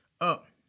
Up